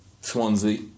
Swansea